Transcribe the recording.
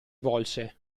volse